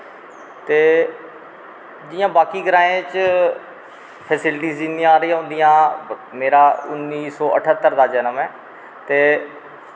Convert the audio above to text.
ते जियां बाकी ग्राएं च फैसलटीस इन्नियां हारियां होंदियां मेरा उन्नी सौ अठत्तर दा जन्म ऐ ते